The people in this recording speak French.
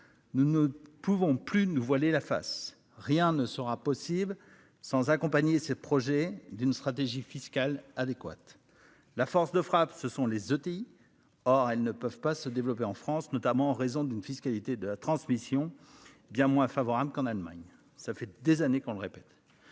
Nous ne pouvons plus nous voiler la face. Rien ne sera possible sans accompagner ces projets d'une stratégie fiscale adéquate. La force de frappe, ce sont les outils. Or, elles ne peuvent pas se développer en France, notamment en raison d'une fiscalité de la transmission bien moins favorable qu'en Allemagne. Ça fait des années qu'on le répète.